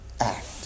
act